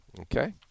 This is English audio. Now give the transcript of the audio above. Okay